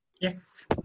Yes